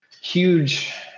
huge